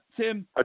Tim